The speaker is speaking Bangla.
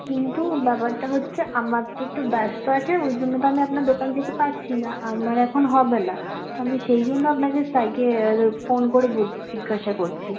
কিন্তু ব্যাপারটা হচ্ছে আমার তো একটু ব্যস্ত আছে ওই জন্য তো আমি আপনার দোকান যেতে পারছি না আমার এখন হবে না তো আমি সেই জন্য আপনাকে সাইকেল ফোন করে বোল জিজ্ঞাসা করছি